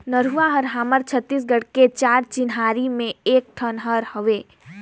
नरूवा हर हमर छत्तीसगढ़ के चार चिन्हारी में एक ठन हर हवे